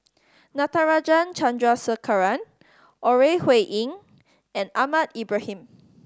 Natarajan Chandrasekaran Ore Huiying and Ahmad Ibrahim